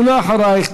ואחרייך,